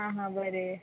आं हां बरें